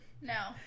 No